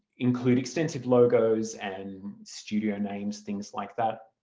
include extensive logos and studio names, things like that.